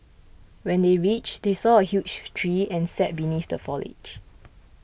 when they reached they saw a huge tree and sat beneath the foliage